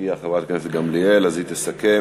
הגיעה חברת הכנסת גמליאל, אז היא תסכם.